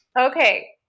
Okay